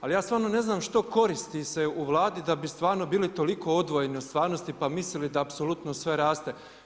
Ali ja stvarno ne znam što koristi se u Vladi da bi stvarno bili toliko odvojeni od stvarnosti pa mislili da apsolutno sve raste.